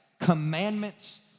commandments